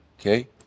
okay